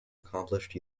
accomplished